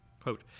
Quote